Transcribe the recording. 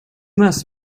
must